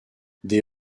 des